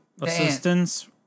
assistance